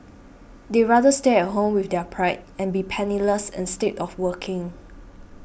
they rather stay at home with their pride and be penniless instead of working